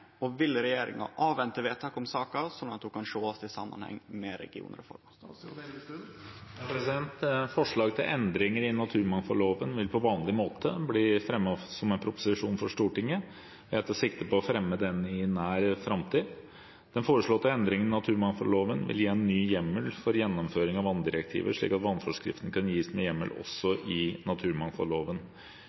og vil regjeringa avvente vedtak om saka, slik at ho kan sjåast i samanheng med regionreforma?» Forslag til endringer i naturmangfoldloven vil på vanlig måte bli fremmet som en proposisjon for Stortinget. Jeg tar sikte på å fremme en slik i nær framtid. Den foreslåtte endringen i naturmangfoldloven vil gi en ny hjemmel for gjennomføring av vanndirektivet, slik at vannforskriften kan gis med hjemmel også i naturmangfoldloven.